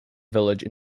village